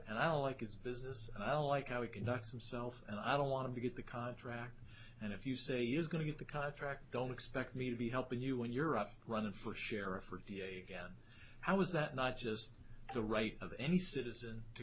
and i don't like his business i don't like how he conducts himself and i don't want to get the contract and if you say you're going to get the contract don't expect me to be helping you when you're up running for sheriff or da again how is that not just the right of any citizen to